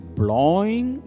blowing